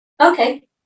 Okay